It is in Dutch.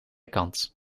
kant